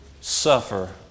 suffer